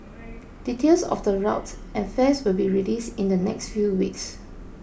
details of the route and fares will be released in the next few weeks